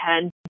Ten